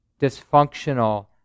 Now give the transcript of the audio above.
dysfunctional